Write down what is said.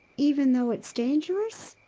even though it's dangerous?